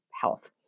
health